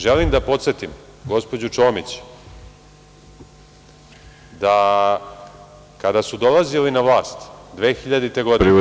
Želim da podsetim gospođu Čomić da kada su dolazili na vlast 2000. godine